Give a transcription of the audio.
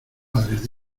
padres